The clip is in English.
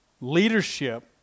leadership